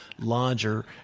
larger